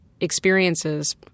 experiences